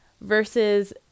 versus